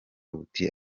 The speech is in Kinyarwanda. buti